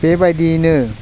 बेबादियैनो